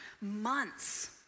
months